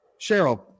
Cheryl